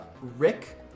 Rick